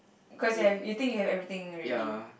cause you have you think you have everything already